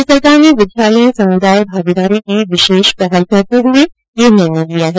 राज्य सरकार ने विद्यालय समुदाय भागीदारी की विशेष पहल करते हुए यह निर्णय लिया है